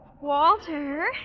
Walter